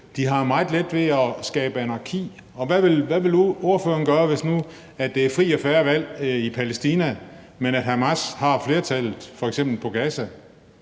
har meget let ved at skabe anarki. Hvad vil ordføreren gøre, hvis nu der er frie og fair valg i Palæstina, men Hamas får flertal i f.eks. Gaza?